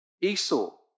Esau